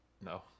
No